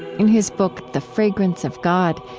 in his book the fragrance of god,